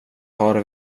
har